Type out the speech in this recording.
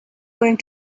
going